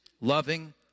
Loving